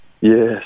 Yes